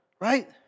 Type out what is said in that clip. Right